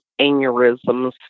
aneurysms